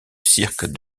cirque